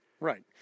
Right